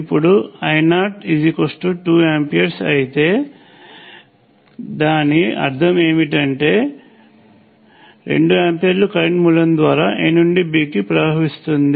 ఇప్పుడు I0 2 ఆంపియర్లు అయితే దాని అర్థం ఏమిటంటే 2 ఆంపియర్లు కరెంట్ మూలం ద్వారా A నుండి B కి ప్రవహిస్తుంది